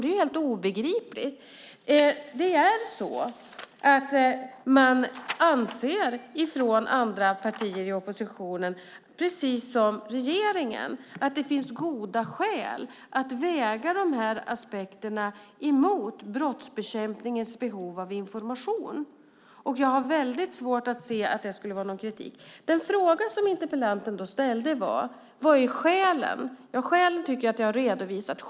Det är helt obegripligt. Andra partier i oppositionen anser, precis som regeringen, att det finns goda skäl att väga dessa aspekter mot brottsbekämpningens behov av information. Jag har väldigt svårt att se att det skulle vara någon kritik. Den fråga som interpellanten ställde var: Vad är skälen? Jag tycker att jag har redovisat skälen.